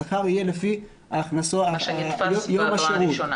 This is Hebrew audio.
ההכנסות יהיו לפי יום השירות.